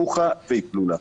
חוכא ואטלולא,